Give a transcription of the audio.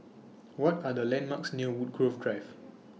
What Are The landmarks near Woodgrove Drive